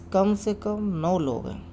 کم سے کم نو لوگ ہیں